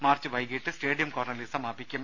March വൈകിട്ട് stadium കോർണറിൽ സമാപിക്കും